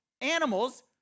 animals